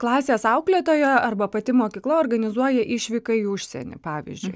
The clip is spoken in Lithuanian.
klasės auklėtoja arba pati mokykla organizuoja išvyką į užsienį pavyzdžiui